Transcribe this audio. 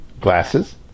glasses